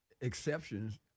exceptions